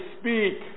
speak